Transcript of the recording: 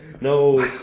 No